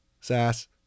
Sass